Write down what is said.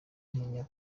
ntinya